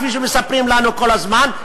כפי שמספרים לנו כל הזמן,